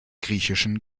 griechischen